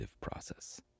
process